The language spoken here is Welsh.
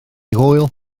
hwyl